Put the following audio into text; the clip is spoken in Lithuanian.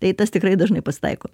tai tas tikrai dažnai pasitaiko